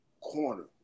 corner